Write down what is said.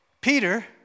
Peter